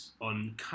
on